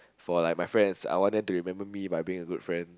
for like my friends I want to remember me by being a good friend